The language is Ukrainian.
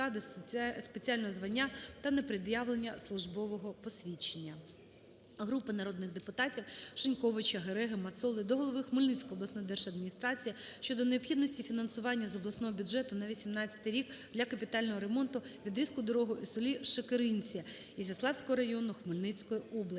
Групи народних депутатів (Шиньковича, Гереги, Мацоли) до голови Хмельницької обласної держадміністрації щодо необхідності фінансування з обласного бюджету на 18 рік для капітального ремонту відрізку дороги у селі Шекеринці Ізяславського району Хмельницької області.